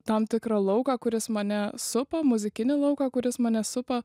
tam tikrą lauką kuris mane supa muzikinį lauką kuris mane supa